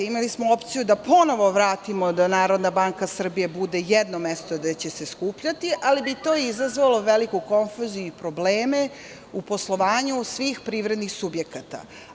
Imali smo opciju da ponovo vratimo da Narodna banka Srbije bude jedno mesto gde će se skupljati, ali bi to izazvalo veliku konfuziju i probleme u poslovanju svih privrednih subjekata.